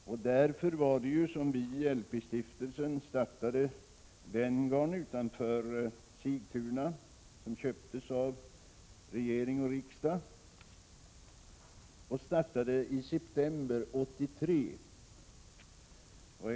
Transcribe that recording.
Det var därför som vi i LP-stiftelsen i september 1983 startade Venngarn utanför Sigtuna, som köptes av regering och riksdag.